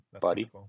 buddy